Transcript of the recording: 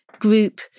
group